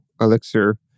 Elixir